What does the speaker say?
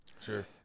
Sure